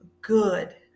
good